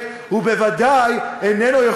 הוא הוציא עצמו מכללי המופת,